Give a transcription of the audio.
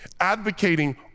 advocating